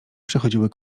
przechodziły